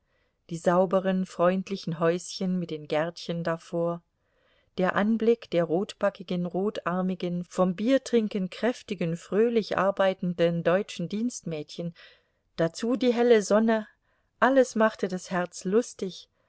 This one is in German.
die sauberen freundlichen häuschen mit den gärtchen davor der anblick der rotbackigen rotarmigen vom biertrinken kräftigen fröhlich arbeitenden deutschen dienstmädchen dazu die helle sonne alles machte das herz lustig